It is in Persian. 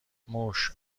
موش